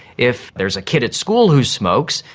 if there's a kid at school who smokes,